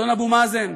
אדון אבו מאזן,